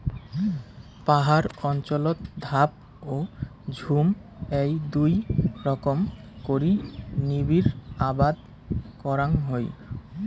পাহাড় অঞ্চলত ধাপ ও ঝুম এ্যাই দুই রকম করি নিবিড় আবাদ করাং হই